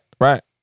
right